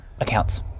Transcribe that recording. accounts